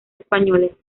españoles